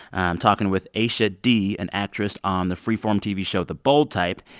i'm talking with aisha dee, an actress on the freeform tv show the bold type,